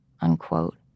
unquote